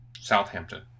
Southampton